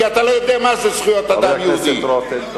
כי אתה לא יודע מה זה זכויות אדם יהודי.